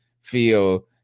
feel